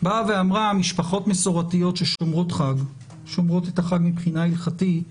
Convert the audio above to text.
באה ואמרה: משפחות מסורתיות ששומרות חג מבחינה הלכתית,